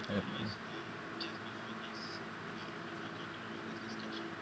um